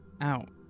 out